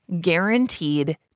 Guaranteed